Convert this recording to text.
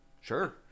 sure